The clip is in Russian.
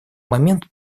момент